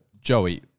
Joey